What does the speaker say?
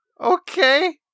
Okay